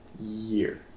year